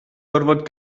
gorfod